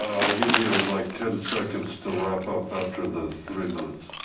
um i'll give you like ten seconds to wrap up after the three minutes.